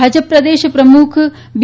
ભાજ પ્રદેશ પ્રમુખ બી